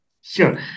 Sure